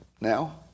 now